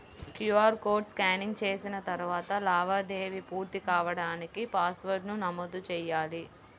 QR code scanning చేసిన తరువాత లావాదేవీ పూర్తి కాడానికి పాస్వర్డ్ను నమోదు చెయ్యాలి